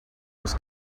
was